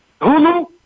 Hulu